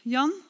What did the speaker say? Jan